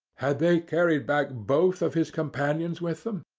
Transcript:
had they carried back both of his companions with them?